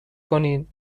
کنین